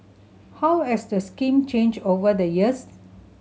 how has the scheme changed over the years